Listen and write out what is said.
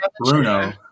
Bruno